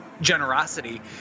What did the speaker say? generosity